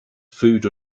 food